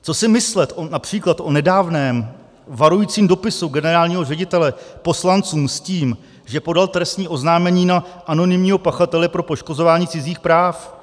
Co si myslet například o nedávném varujícím dopisu generálního ředitele poslancům s tím, že podal trestní oznámení na anonymního pachatele pro poškozování cizích práv?